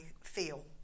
feel